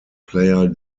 player